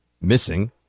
missing